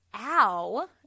ow